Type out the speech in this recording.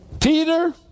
Peter